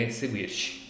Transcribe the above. seguirci